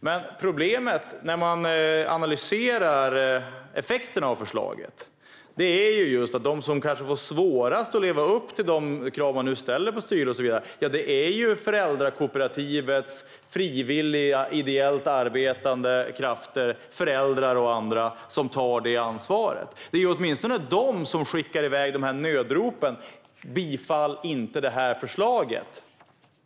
Men effekterna av förslaget är att de som kanske har svårast att leva upp till de krav som man nu ställer på styrelser och så vidare är föräldrakooperativets frivilliga ideellt arbetande krafter, föräldrar och andra, som får ta ansvaret. Det är de som skickar nödropen: Bifall inte det här förslaget!